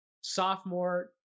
sophomore